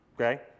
okay